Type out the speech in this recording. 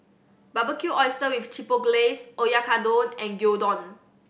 Barbecued Oyster with Chipotle Glaze Oyakodon and Gyudon